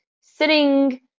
sitting